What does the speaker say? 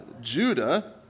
Judah